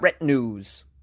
news